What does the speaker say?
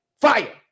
fire